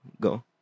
go